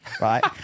right